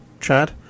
Chad